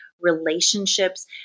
relationships